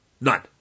None